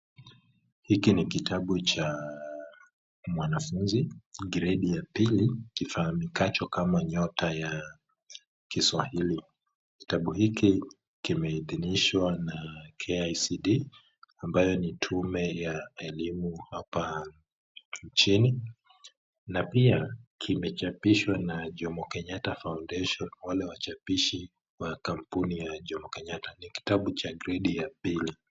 Hiki ni kitabu cha mwanafunzi wa gredi ya pili, kifahamikanacho kama Nyota ya Kiswahili. Kitabu hiki kimeidhinishwa na KICD, ambayo ni tume ya elimu hapa nchini. Na pia kimechapishwa na Jomo Kenyatta Foundation, wale wachapishi wa kampuni ya Jomo Kenyatta. Ni kitabu cha gredi ya pili.